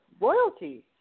royalty